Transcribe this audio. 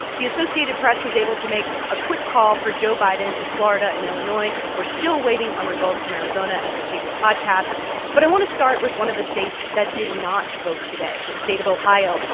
the associated press was able to make a quick call for joe biden in florida and illinois. we're still waiting on results from arizona as we tape the podcast but i want to start with one of the states that did not vote today, the state of ohio.